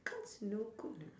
cards are no good ah